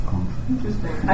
Interesting